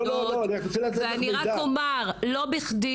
לא בכדי